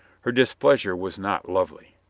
her dis pleasure was not lovely.